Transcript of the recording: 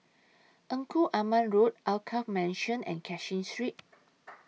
Engku Aman Road Alkaff Mansion and Cashin Street